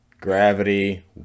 Gravity